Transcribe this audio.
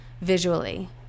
visually